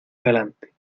galante